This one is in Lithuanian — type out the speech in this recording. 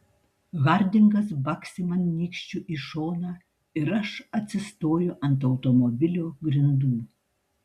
hardingas baksi man nykščiu į šoną ir aš atsistoju ant automobilio grindų